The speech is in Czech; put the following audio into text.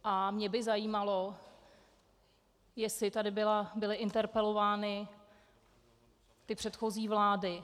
A mě by zajímalo, jestli tady byly interpelovány předchozí vlády.